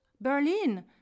berlin